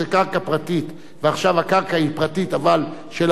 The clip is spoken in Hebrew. ועכשיו הקרקע היא פרטית אבל של היושבים במקום,